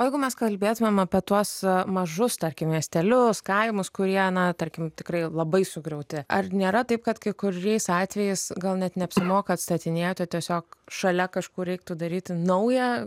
o jeigu mes kalbėtumėm apie tuos mažus tarkim miestelius kaimus kurie na tarkim tikrai labai sugriauti ar nėra taip kad kai kuriais atvejais gal net neapsimoka atstatinėt o tiesiog šalia kažkur reiktų daryti naują